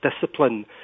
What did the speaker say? discipline